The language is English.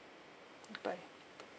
bye